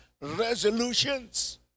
resolutions